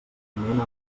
moment